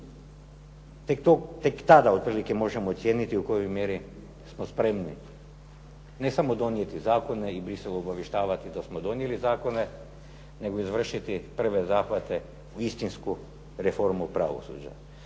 Tek tada možemo otprilike ocijeniti u kojoj mjeri smo spremni ne samo donijeti zakone i Bruxelles obavještavati da smo donijeli zakone, nego izvršiti prve zahvate i istinsku reformu pravosuđa.